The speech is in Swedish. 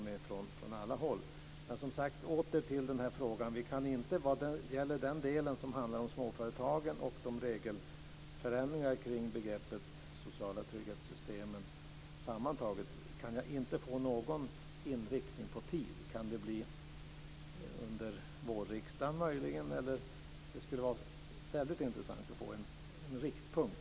Men sammantaget när det gäller småföretagen och regelförändringar kring begreppet sociala trygghetssystem, kan jag inte få någon inriktning om tiden? Kan det möjligen bli under vårriksdagen? Det skulle vara väldigt intressant att få en riktpunkt.